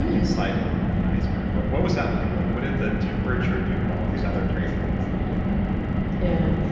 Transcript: inside an iceberg. what what was that like? what what did the temperature do to all these other crazy things that you deal with yeah.